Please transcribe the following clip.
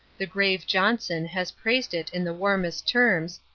the grave johnson has praised it in the warmest terms,